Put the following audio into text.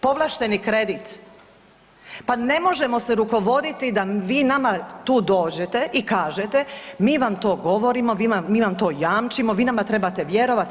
Povlašteni kredit, pa ne možemo se rukovoditi da vi nama tu dođete i kažete, mi vam to govorimo, mi vam to jamčimo, vi nama trebate vjerovat.